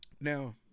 Now